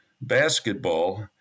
basketball